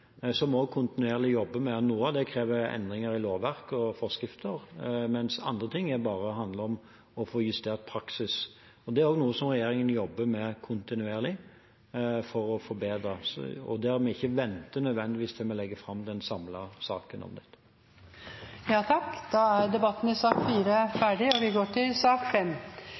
som vi kontinuerlig jobber med. Noe av det krever endringer i lovverk og forskrifter, mens andre ting bare handler om å få justert praksis. Det er også noe regjeringen jobber kontinuerlig med for å forbedre, og noe vi ikke nødvendigvis venter med til vi legger fram den samlede saken om dette. Replikkordskiftet er omme. Flere har ikke bedt om ordet til sak nr. 4. Etter ønske fra arbeids- og